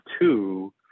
two